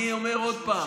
הוא כבר